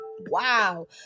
Wow